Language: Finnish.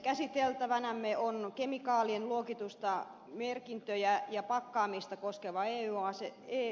käsiteltävänämme on kemikaalien luokitusta merkintöjä ja pakkaamista koskeva ey asetus